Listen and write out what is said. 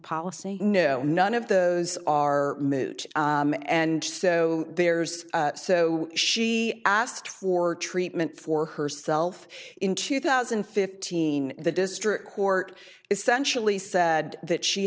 policy no none of those are moot and so there's so she asked for treatment for herself in two thousand and fifteen the district court essentially said that she